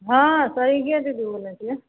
हँ सरिते दीदी बोलै छियै